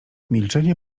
milczenie